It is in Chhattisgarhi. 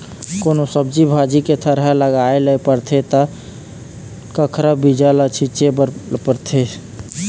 कोनो सब्जी भाजी के थरहा लगाए ल परथे त कखरा बीजा ल छिचे ल परथे